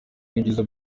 n’ibyiza